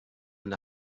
and